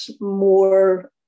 more